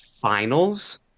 finals